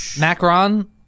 macron